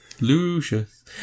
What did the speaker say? Lucius